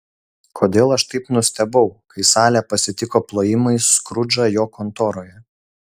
kodėl aš taip nustebau kai salė pasitiko plojimais skrudžą jo kontoroje